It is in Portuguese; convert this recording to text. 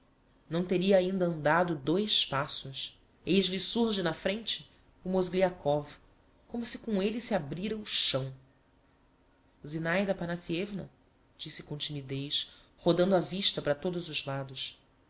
não teria ainda andado dois passos eis lhe surge na frente o mozgliakov como se com elle se abrira o chão zinaida aphanassievna disse com timidez rodando a vista para todos os lados